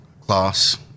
class